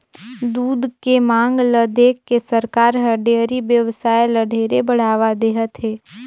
दूद के मांग ल देखके सरकार हर डेयरी बेवसाय ल ढेरे बढ़ावा देहत हे